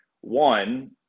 one